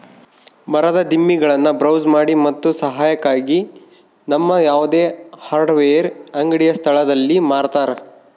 ಮರದ ದಿಮ್ಮಿಗುಳ್ನ ಬ್ರೌಸ್ ಮಾಡಿ ಮತ್ತು ಸಹಾಯಕ್ಕಾಗಿ ನಮ್ಮ ಯಾವುದೇ ಹಾರ್ಡ್ವೇರ್ ಅಂಗಡಿಯ ಸ್ಥಳದಲ್ಲಿ ಮಾರತರ